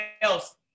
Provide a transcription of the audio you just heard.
else